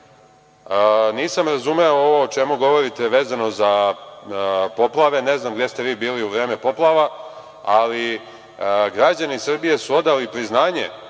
čista. Nisam razumeo ovo o čemu govorite vezano za poplave. Ne znam gde ste vi bili u vreme poplava, ali građani Srbije su odali priznanje